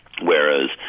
whereas